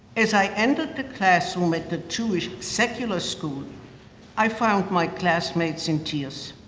as i entered the classroom at the jewish secular school i found my classmates in tears.